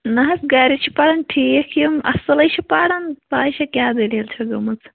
نہَ حظ گَرِ چھِ پَران ٹھیٖک یِم اَصٕل ہے چھِ پَران پے چھا کیٛاہ دٔلیٖل چھَکھ گٲمٕژ